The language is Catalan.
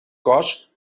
cos